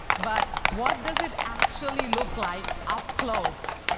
but what does it actually look like up close?